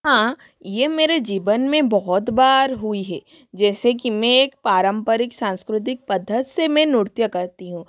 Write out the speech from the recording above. हाँ ये मेरे जीवन में बहुत बार हुई है जैसे कि मैं एक पारंपरिक सांस्कृतिक पद्धति से मैं नृत्य करती हूँ